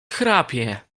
chrapie